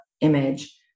image